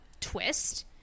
twist